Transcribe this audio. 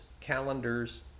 calendars